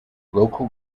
local